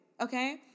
Okay